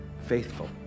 faithful